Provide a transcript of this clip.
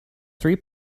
three